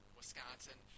Wisconsin